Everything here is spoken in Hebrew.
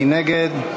מי נגד?